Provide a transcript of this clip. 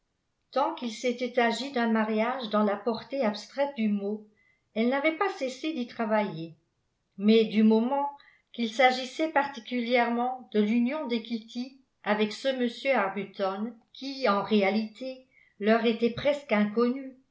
tant qu'il s'était agi d'un mariage dans la portée abstraite du mot elle n'avait pas cessé d'y travailler mais du moment qu'il s'agissait particulièrement de l'union de kitty avec ce m arbuton qui en réalité leur était presque inconnu